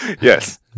Yes